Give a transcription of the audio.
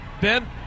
Ben